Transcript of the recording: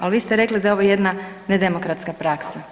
Al vi ste rekli da je ovo jedna nedemokratska praksa.